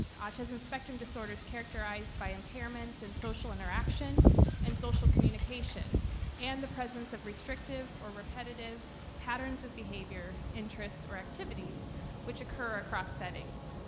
autism spectrum disorder is characterized by impairments in social interaction and social communication and the presence of restrictive or repetitive patterns of behavior, interest or activities which occur across settings,